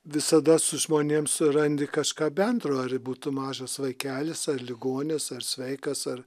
visada su žmonėm surandi kažką bendro ar būtų mažas vaikelis ar ligonis ar sveikas ar